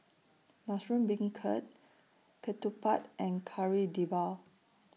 Mushroom Beancurd Ketupat and Kari Debal